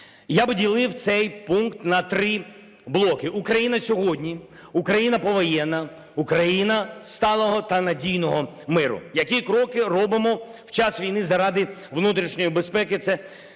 Я би ділив цей пункт на три блоки: Україна сьогодні, Україна повоєнна, Україна сталого та надійного миру. Які кроки робимо під час війни заради внутрішньої безпеки?